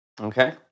Okay